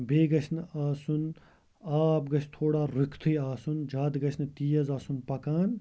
بیٚیہِ گَژھِ نہٕ آسُن آب گَژھِ تھوڑا رُکِتھٕے آسُن زیادٕ گَژھِنہٕ تیز آسُن پَکان